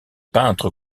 peintres